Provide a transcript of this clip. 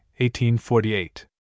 1848